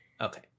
okay